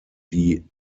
die